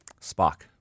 Spock